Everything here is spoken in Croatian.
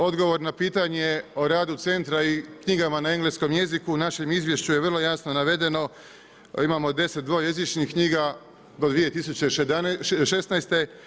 Odgovor na pitanje o radu centra i knjigama na engleskom jeziku u našem izvješću je vrlo jasno navedeno, imamo deset dvojezičnih knjiga od 2016.